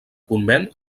convent